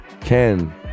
Ken